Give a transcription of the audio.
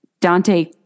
Dante